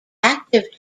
active